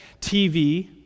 TV